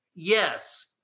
Yes